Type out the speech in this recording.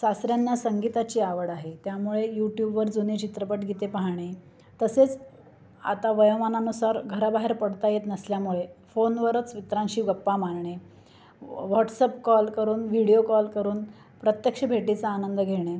सासऱ्यांना संगीताची आवड आहे त्यामुळे यूट्यूबवर जुने चित्रपट गीते पाहाणे तसेच आता वयोमानानुसार घराबाहेर पडता येत नसल्यामुळे फोनवरच मित्रांशी गप्पा मारणे व्हॉट्सअप कॉल करून व्हिडिओ कॉल करून प्रत्यक्ष भेटीचा आनंद घेणे